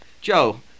Joe